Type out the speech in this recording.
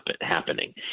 happening